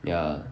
ya